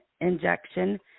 injection